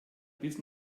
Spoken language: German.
bis